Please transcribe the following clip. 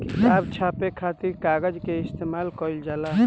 किताब छापे खातिर कागज के इस्तेमाल कईल जाला